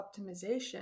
optimization